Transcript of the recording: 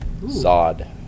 Zod